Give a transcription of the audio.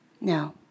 no